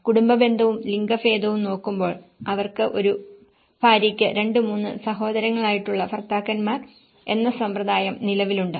കുടുംബ ബന്ധവും ലിംഗഭേദവും നോക്കുമ്പോൾ അവർക്ക് ഒരു ഭാര്യക്ക് 2 3 സഹോദരങ്ങളായിട്ടുള്ള ഭർത്താക്കന്മാർ എന്ന സമ്പ്രദായം നിലവിലുണ്ട്